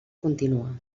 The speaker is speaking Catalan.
continua